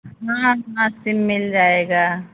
हाँ हाँ सिम मिल जाएगा